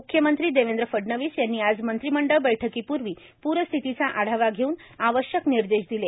मुख्यमंत्री देवेंद्र फडणवीस यांनी आज मंत्रिमंडळ बैठकीपूर्वी पूरस्थितीचा आढावा घेऊन आवश्यक निर्देश दिले